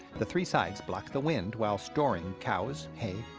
the three sides block the wind while storing cows, hay,